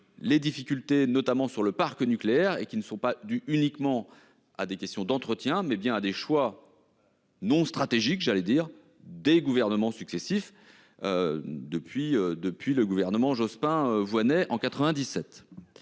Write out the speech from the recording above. Les difficultés notamment sur le parc nucléaire et qui ne sont pas dues uniquement à des questions d'entretien, mais bien à des choix. Non stratégiques, j'allais dire des gouvernements successifs. Depuis, depuis le gouvernement Jospin, Voynet en 97.